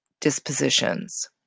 dispositions